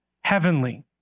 heavenly